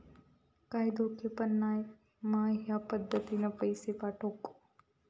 काय धोको पन नाय मा ह्या पद्धतीनं पैसे पाठउक?